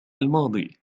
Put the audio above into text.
الماضي